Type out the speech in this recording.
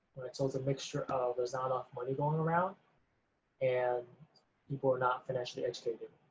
so it's a mixture of there's not enough money going around and people are not financially educated.